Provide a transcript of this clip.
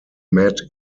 met